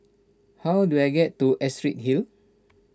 how do I get to Astrid Hill